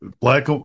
black